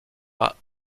pas